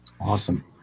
Awesome